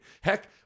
Heck